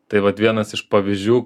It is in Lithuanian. tai vat vienas iš pavyzdžių